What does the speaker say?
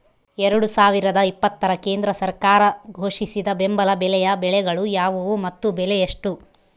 ಎರಡು ಸಾವಿರದ ಇಪ್ಪತ್ತರ ಕೇಂದ್ರ ಸರ್ಕಾರ ಘೋಷಿಸಿದ ಬೆಂಬಲ ಬೆಲೆಯ ಬೆಳೆಗಳು ಯಾವುವು ಮತ್ತು ಬೆಲೆ ಎಷ್ಟು?